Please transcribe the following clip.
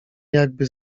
jakby